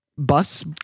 bus